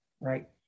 right